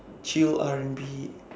chill R & B